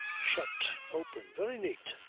shut open. very neat.